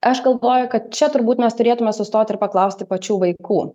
aš galvoju kad čia turbūt mes turėtume sustoti ir paklausti pačių vaikų